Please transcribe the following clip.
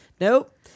Nope